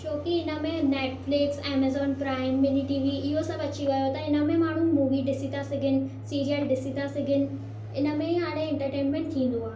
छोकी हिन में Netflix Amazon Prime mini TV इहो सभु अची वियो आहे त इन में माण्हू मूवी ॾिसी था सघनि सीरियल्स ॾिसी था सघनि इन में ई हाणे एंटरटेनमेंट थींदो आहे